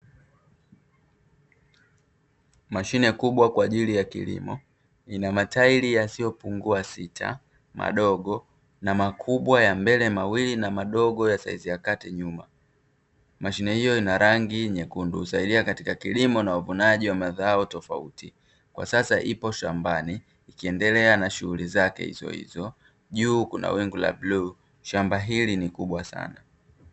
Mashine kubwa kwa ajili ya kilimo ina matairi yasiyopungua sita madogo na makubwa ya mbele mawili na madogo ya saizi ya kati nyuma, mashine hiyo ina rangi nyekundu husaidia katika kilimo na uvunaji wa mazao tofauti kwa sasa ipo shambani ikiendelea na shughuli zake hizo hizo, juu kuna wingu la bluu shamba hili ni kubwa sana.